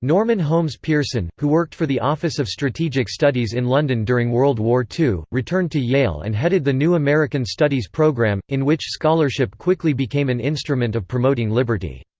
norman holmes pearson, who worked for the office of strategic studies in london during world war ii, returned to yale and headed the new american studies program, in which scholarship quickly became an instrument of promoting liberty.